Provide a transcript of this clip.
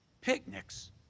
picnics